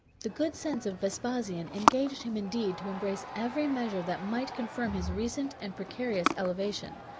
the good sense of vespasian engaged him indeed to embrace every measure that might confirm his recent and precarious elevation.